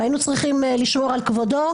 היינו צריכים לשמור על כבודו,